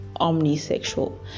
omnisexual